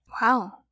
Wow